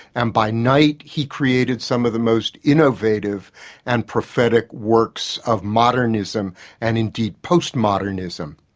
and by night he created some of the most innovative and prophetic works of modernism and indeed postmodernism.